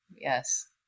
yes